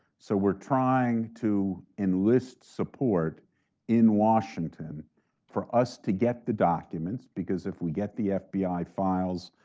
so we're trying to enlist support in washington for us to get the documents, because if we get the fbi files,